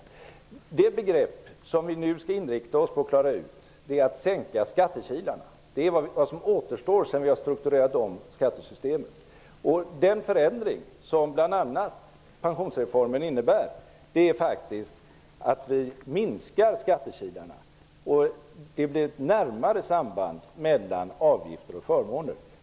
Det som vi nu skall inrikta oss på att åstadkomma är att sänka skattekilarna. Det är vad som återstår sedan vi har strukturerat om skattesystemet. Den förändring som bl.a. pensionsreformen innebär är att vi minskar skattekilarna och får ett närmare samband mellan avgifter och förmåner.